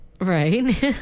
Right